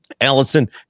Allison